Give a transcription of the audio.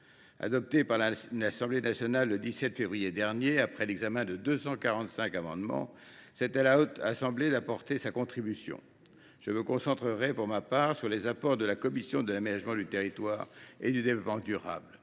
adopté par l’Assemblée nationale le 17 février dernier, après l’examen de 245 amendements, il revient maintenant à la Haute Assemblée d’apporter sa contribution. Je me concentrerai, pour ma part, sur les apports de la commission de l’aménagement du territoire et du développement durable.